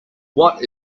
what